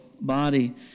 body